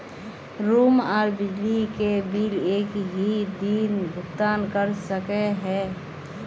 Room आर बिजली के बिल एक हि दिन भुगतान कर सके है?